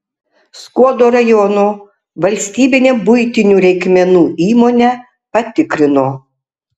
skuodo rajono valstybinę buitinių reikmenų įmonę patikrino